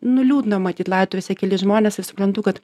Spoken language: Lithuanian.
nu liūdna matyt laidotuvėse kelis žmones ir suprantu kad